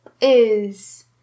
is